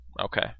Okay